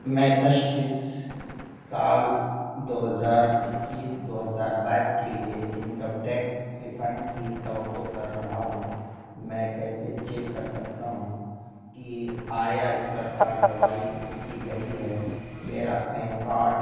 میں تشخیص سال دو ہزار اکیس دو ہزار بائس کے لیے انکم ٹیکس ریفنڈ کی توقع کر رہا ہوں میں کیسے چیک کر سکتا ہوں کہ آیا اس پر کاروائی کی گئی ہے میرا پین کارڈ